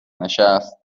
نشست